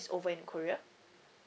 over in korea